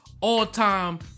all-time